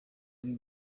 b’i